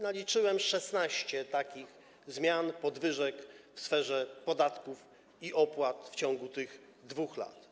Naliczyłem 16 takich zmian, podwyżek w sferze podatków i opłat w ciągu tych 2 lat.